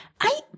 I—